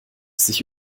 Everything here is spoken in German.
sich